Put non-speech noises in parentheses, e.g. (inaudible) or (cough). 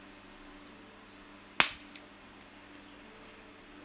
(noise)